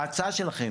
ההצעה שלכם